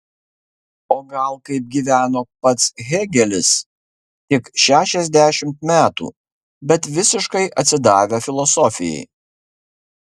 o gal kaip gyveno pats hėgelis tik šešiasdešimt metų bet visiškai atsidavę filosofijai